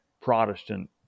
Protestant